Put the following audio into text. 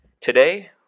Today